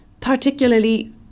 particularly